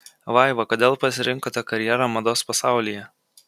vaiva kodėl pasirinkote karjerą mados pasaulyje